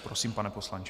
Prosím, pane poslanče.